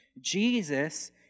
Jesus